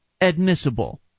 admissible